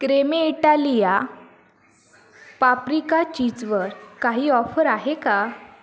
Creme Italia paprika चीजवर काही offer आहे का